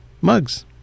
mugs